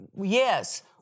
yes